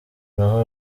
naho